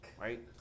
right